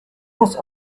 must